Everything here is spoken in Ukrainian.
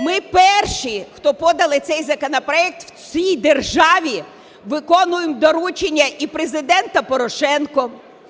Ми перші, хто подали цей законопроект, в цій державі виконуємо доручення і Президента Порошенко,